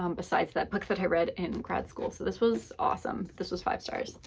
um besides that book that i read in grad school. so this was awesome. this was five stars.